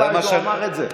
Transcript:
הוא אמר את זה.